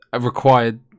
required